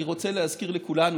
אני רוצה להזכיר לכולנו,